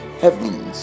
heavens